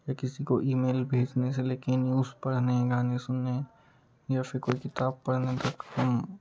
या किसी को ईमेल भेजने से लेकिन उसे पढ़ने गाने सुनने या फिर कोई किताब पढ़ने तक हम